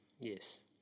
Yes